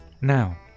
Now